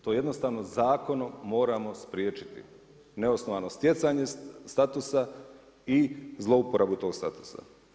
To jednostavno zakonom moramo spriječiti neosnovano stjecanje statusa i zlouporabu tog statusa.